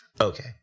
Okay